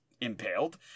impaled